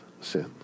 sin